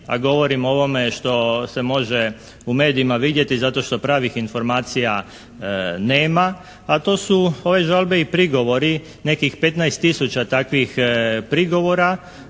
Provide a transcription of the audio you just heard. a govorimo o ovome što se može u medijima vidjeti, zato što pravih informacija nema, a to su ove žalbe i prigovori nekih 15 tisuća takvih prigovora